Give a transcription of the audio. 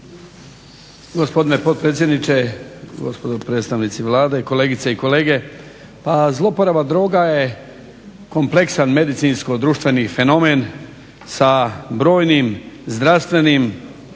Gospodine potpredsjedniče, gospodo predstavnici Vlade, kolegice i kolege. Pa zlouporaba droga je kompleksan medicinsko-društveni fenomen sa brojnim zdravstvenim,